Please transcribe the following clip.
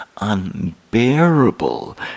unbearable